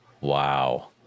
Wow